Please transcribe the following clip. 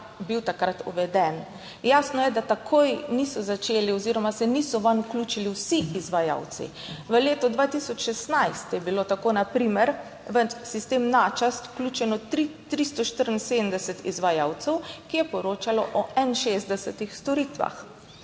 bil takrat uveden. Jasno je, da takoj niso začeli oziroma se niso vanj vključili vsi izvajalci. V letu 2016 je bilo tako na primer v sistem Načas vključeno 374 izvajalcev, ki je poročalo o 61 storitvah.